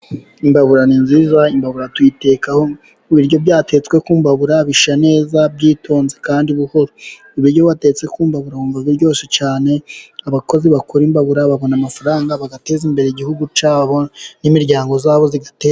Imbabura ni nziza. Imbabura tuyitekaho ibiryo byatetswe ku mbabura bishya neza byitonze kandi buhoro. Ibiryo batetse ku mbabura wumva biryoshye cyane, abakozi bakora imbabura babona amafaranga bagateza imbere igihugu cyabo n'imiryango yabo igatera imbere.